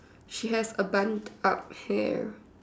she have a bund up hair